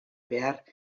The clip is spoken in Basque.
behar